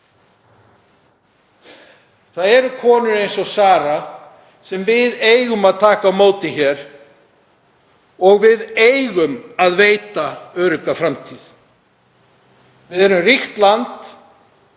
Það eru konur eins og Sara sem við eigum að taka á móti hér og við eigum að veita þeim örugga framtíð. Við erum ríkt land